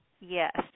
Yes